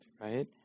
right